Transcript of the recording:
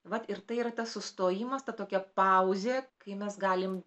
vat ir tai yra tas sustojimas ta tokia pauzė kai mes galim